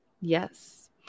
yes